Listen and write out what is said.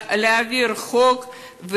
להעביר חוק,